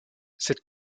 cette